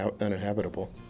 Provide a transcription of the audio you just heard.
uninhabitable